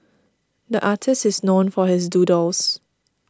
the artist is known for his doodles